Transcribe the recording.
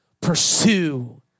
Pursue